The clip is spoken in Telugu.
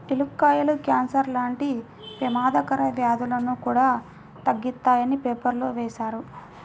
యాలుక్కాయాలు కాన్సర్ లాంటి పెమాదకర వ్యాధులను కూడా తగ్గిత్తాయని పేపర్లో వేశారు